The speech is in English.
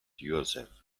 yourself